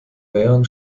mehreren